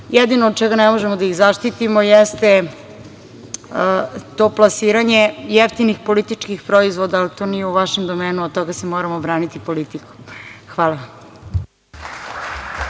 dali. Jedino od čega ne možemo da ih zaštitimo jeste to plasiranje jeftinih političkih proizvoda, ali to nije u vašem domenu, od toga se moramo braniti politikom. Hvala.